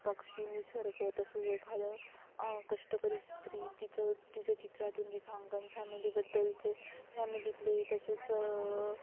पक्षी निसर्ग तसेच एखादं कष्टकरी स्त्री तिचं तिचं चित्रातून रेखांकन फॅमिलीबद्दलचे फॅमिलीतले तसेच